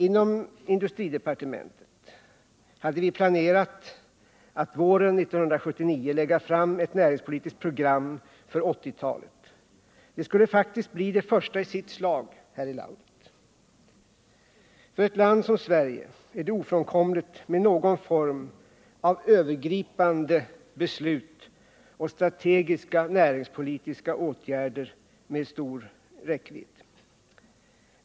Inom industridepartementet hade vi planerat att våren 1979 lägga fram ett näringspolitiskt program för 1980-talet. Det skulle faktiskt bli det första i sitt slag här i landet. För ett land som Sverige är det ofrånkomligt med någon form av övergripande beslut och strategiska näringspolitiska åtgärder med stor räckvidd.